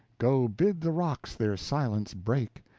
go bid the rocks their silence break,